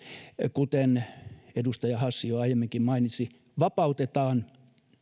kuten edustaja hassi jo aiemmin mainitsi vapautetaan